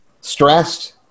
stressed